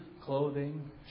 clothing